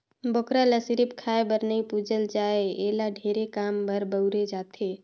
बोकरा ल सिरिफ खाए बर नइ पूजल जाए एला ढेरे काम बर बउरे जाथे